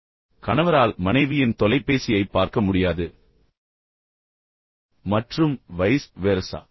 எனவே கணவரால் மனைவியின் தொலைபேசியைப் பார்க்க முடியாது மற்றும் வைஸ் வெர்சா